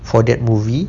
for that movie